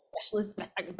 specialist